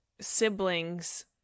siblings